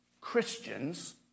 Christians